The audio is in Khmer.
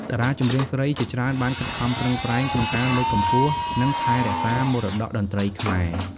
តារាចម្រៀងស្រីជាច្រើនបានខិតខំប្រឹងប្រែងក្នុងការ លើកកម្ពស់ និងថែរក្សាមរតកតន្ត្រីខ្មែរ។